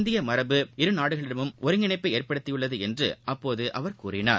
இந்தியமரபு இருநாடுகளிடமும் ஒருங்கிணைப்பைஏற்படுத்தியுள்ளதுஎன்றுஅப்போதுஅவர் கூறினார்